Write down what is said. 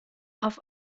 auf